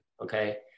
okay